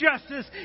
Justice